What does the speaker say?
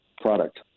product